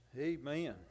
Amen